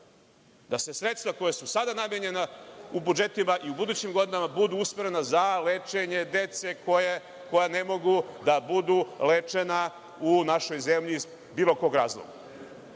da se sredstva koja su sada namenjena u budžetima i u budućim godinama budu usmerena za lečenje dece koja ne mogu da budu lečena u našoj zemlji iz bilo kog razloga. Ako